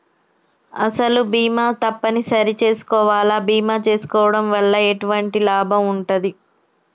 అసలు బీమా తప్పని సరి చేసుకోవాలా? బీమా చేసుకోవడం వల్ల ఎటువంటి లాభం ఉంటది?